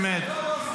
באמת.